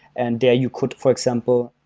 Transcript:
and there you could for example,